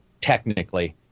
technically